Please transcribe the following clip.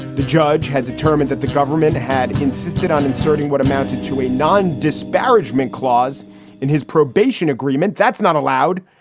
the judge had determined that the government had insisted on inserting what amounted to a non disparagement clause in his probation agreement that's not allowed.